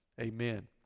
Amen